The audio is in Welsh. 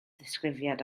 ddisgrifiad